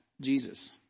Jesus